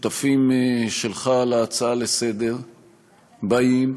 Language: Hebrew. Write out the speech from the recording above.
שותפים שלך להצעה לסדר-היום באים,